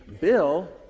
Bill